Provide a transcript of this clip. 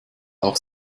auch